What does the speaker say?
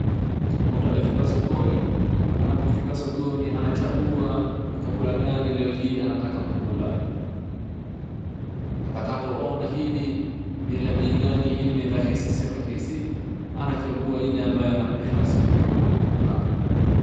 Mtu amefika sokoni, anapofika sokoni anachagua ni chakula gani leo hii anataka kukula. Atakapo ona hili nila bei gani hili ni rahisi si rahisi anachagua ile ambayo anapenda siku hiyo na kukula.